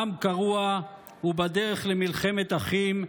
העם קרוע ובדרך למלחמת אחים,